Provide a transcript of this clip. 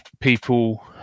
people